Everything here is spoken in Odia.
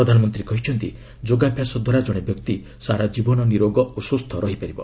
ପ୍ରଧାନମନ୍ତ୍ରୀ କହିଛନ୍ତି ଯୋଗାଭ୍ୟାସ ଦ୍ୱାରା ଜଣେ ବ୍ୟକ୍ତି ସାରାଜୀବନ ନିରୋଗ ଓ ସୁସ୍ଥ ରହିବ